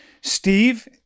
Steve